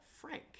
Frank